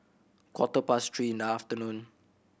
quarter past three in the afternoon